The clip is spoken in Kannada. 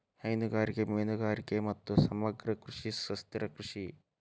ಹೈನುಗಾರಿಕೆ, ಮೇನುಗಾರಿಗೆ ಮತ್ತು ಸಮಗ್ರ ಕೃಷಿ ಸುಸ್ಥಿರ ಕೃಷಿ